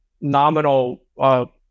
nominal